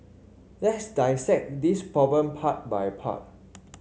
let's dissect this problem part by part